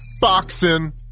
Boxing